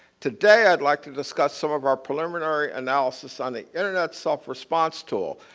today i'd like to discuss some of our preliminary analysis on the internet self response tool,